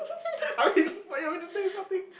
I mean why you want me to say this kind of thing